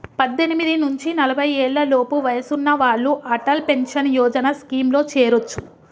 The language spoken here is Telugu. పద్దెనిమిది నుంచి నలభై ఏళ్లలోపు వయసున్న వాళ్ళు అటల్ పెన్షన్ యోజన స్కీమ్లో చేరొచ్చు